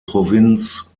provinz